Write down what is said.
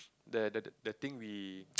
the the the the thing we